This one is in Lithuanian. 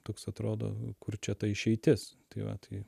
toks atrodo kur čia ta išeitis tai va tai